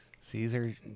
Caesar